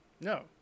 No